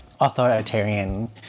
authoritarian